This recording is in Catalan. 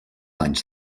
anys